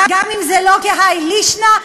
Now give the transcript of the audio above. גם אם זה לא כהאי לישנא,